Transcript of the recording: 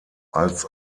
als